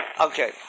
Okay